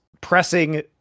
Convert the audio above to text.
pressing